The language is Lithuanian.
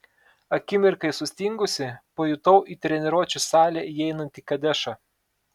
akimirkai sustingusi pajutau į treniruočių salę įeinantį kadešą